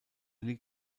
liegt